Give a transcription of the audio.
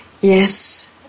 yes